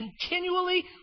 continually